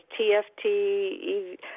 TFT